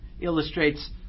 illustrates